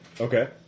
Okay